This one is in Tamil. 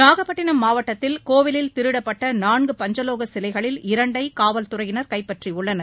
நாகப்பட்டிணம் மாவட்டத்தில் கோயிலில் திருடப்பட்ட நான்கு பஞ்சலோக சிலைகளில் இரண்டை காவல்துறையினர் கைப்பற்றியுள்ளனர்